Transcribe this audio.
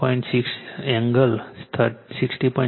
6 angle 60